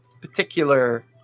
particular